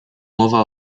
mowa